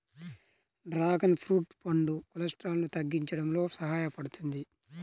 dragon fruit పండు కొలెస్ట్రాల్ను తగ్గించడంలో సహాయపడుతుంది